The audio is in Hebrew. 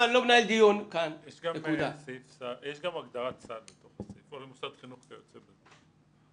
יש גם הגדרת סל - כל מוסד חינוך וכיוצא בזה.